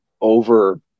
over